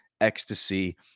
ecstasy